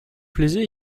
plaisez